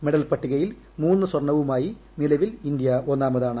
medal പട്ടികയിൽ മൂന്ന് സ്വർണ്ണവുമായി നിലവിൽ ഇന്ത്യ ഒന്നാമതാണ്